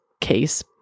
case